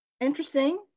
Interesting